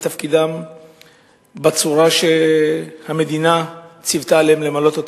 תפקידם בצורה שהמדינה ציפתה מהם למלא אותם.